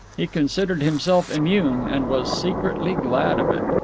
he considered himself immune, and was secretly glad of it.